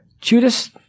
Judas